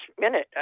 minute